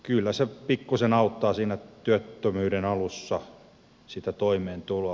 kyllä se pikkuisen auttaa siinä työttömyyden alussa sitä toimeentuloa